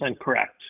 correct